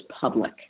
public